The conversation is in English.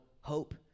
hope